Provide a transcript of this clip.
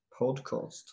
podcast